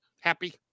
Happy